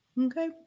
okay